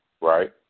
right